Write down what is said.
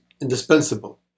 indispensable